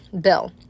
bill